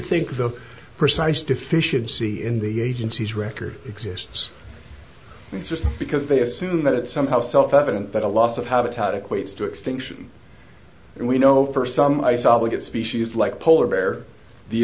think the precise deficiency in the agency's record exists just because they assume that it's somehow self evident that a loss of habitat equates to extinction and we know for some isola that species like polar bear the